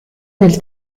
nel